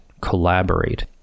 collaborate